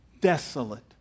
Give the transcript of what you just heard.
desolate